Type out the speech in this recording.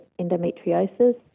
endometriosis